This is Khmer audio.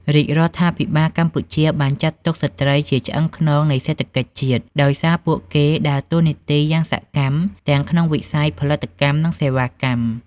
រាជរដ្ឋាភិបាលកម្ពុជាបានចាត់ទុកស្ត្រីជាឆ្អឹងខ្នងនៃសេដ្ឋកិច្ចជាតិ ដោយសារពួកគេដើតួនាទីយ៉ាងសកម្មទាំងក្នុងវិស័យផលិតកម្ម និងសេវាកម្ម។